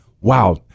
wow